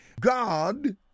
God